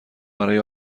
برای